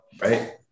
right